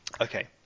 Okay